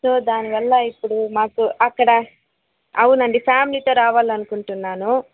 so దాని వల్ల ఇప్పుడు మాకు అక్కడ అవునండి ఫ్యామిలీతో రావాలనుకుంటున్నాను